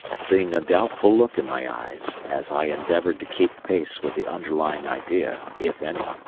seeing a doubtful look in my eyes as i endeavoured to keep pace with the underlying idea, if any,